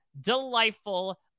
delightful